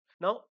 Now